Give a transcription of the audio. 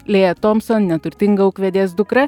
lėja tompson neturtinga ūkvedės dukra